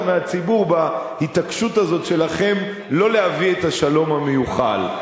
מהציבור בהתעקשות הזאת שלכם לא להביא את השלום המיוחל.